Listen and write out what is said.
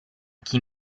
chi